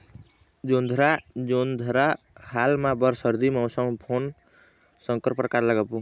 जोंधरा जोन्धरा हाल मा बर सर्दी मौसम कोन संकर परकार लगाबो?